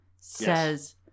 says